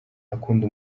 akunda